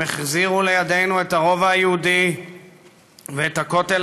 הם החזירו לידינו את הרובע היהודי ואת הכותל